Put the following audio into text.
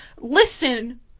Listen